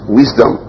wisdom